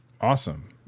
awesome